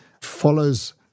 follows